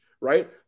right